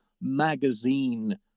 magazine